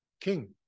king